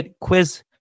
...quiz